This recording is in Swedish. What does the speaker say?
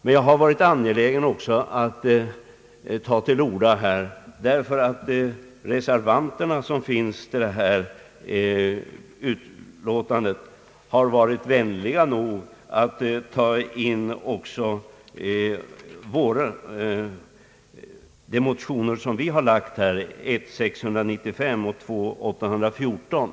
Men jag har varit angelägen att ta till orda här i kammaren därför att reservanterna har varit vänliga nog att i reservationen ta med våra motionsyrkanden i motionerna I: 695 och II: 814.